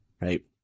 right